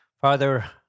Father